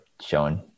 showing